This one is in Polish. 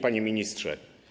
Panie Ministrze!